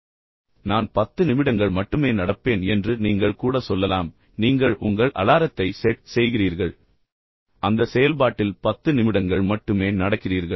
உண்மையில் நான் 10 நிமிடங்கள் மட்டுமே நடப்பேன் என்று நீங்கள் கூட சொல்லலாம் நீங்கள் உங்கள் அலாரத்தை செட் செய்கிறீர்கள் மற்றும் பின்னர் அந்த செயல்பாட்டில் 10 நிமிடங்கள் மட்டுமே நடக்கிறீர்கள்